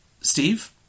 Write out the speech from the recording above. Steve